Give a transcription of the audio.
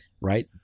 right